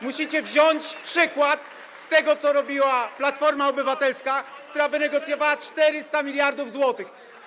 Musicie wziąć przykład z tego, co robiła Platforma Obywatelska, która wynegocjowała 400 mld zł.